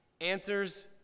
answers